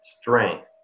strength